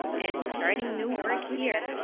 and starting new work here.